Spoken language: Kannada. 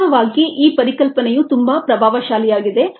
ವಾಸ್ತವವಾಗಿ ಈ ಪರಿಕಲ್ಪನೆಯು ತುಂಬಾ ಪ್ರಭಾವಶಾಲಿಯಾಗಿದೆ